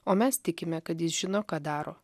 o mes tikime kad jis žino ką daro